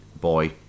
boy